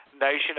nation